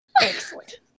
excellent